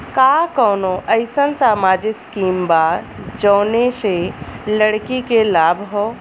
का कौनौ अईसन सामाजिक स्किम बा जौने से लड़की के लाभ हो?